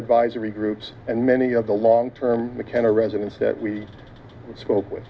advisory groups and many of the long term mckenna residents that we spoke with